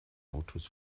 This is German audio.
autos